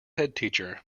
headteacher